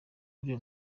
kuru